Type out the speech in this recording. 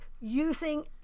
Using